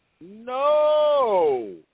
No